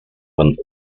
one